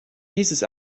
dieses